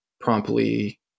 promptly